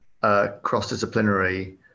cross-disciplinary